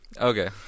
Okay